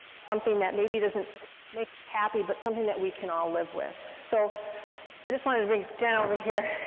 something that maybe doesn't make happy, but something that we can all live with. so i just wanted to bring jen over here,